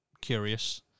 curious